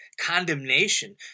condemnation